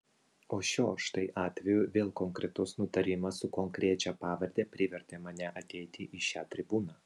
o šiuo štai atveju vėl konkretus nutarimas su konkrečia pavarde privertė mane ateiti į šią tribūną